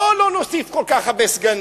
בוא לא נוסיף כל כך הרבה סגנים,